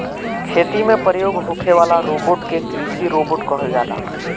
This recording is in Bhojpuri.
खेती में प्रयोग होखे वाला रोबोट के कृषि रोबोट कहल जाला